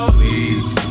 please